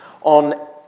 on